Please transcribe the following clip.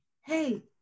hey